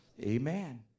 Amen